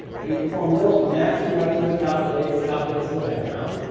we perform little maximum likelihood calculus calculus in the background.